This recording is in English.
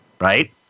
Right